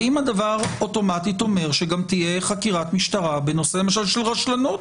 האם הדבר אוטומטית אומר שגם תהיה חקירת משטרה בנושא למשל של רשלנות?